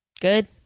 Good